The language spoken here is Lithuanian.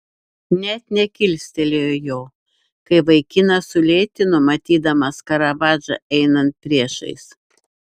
net nekilstelėjo jo kai vaikinas sulėtino matydamas karavadžą einant priešais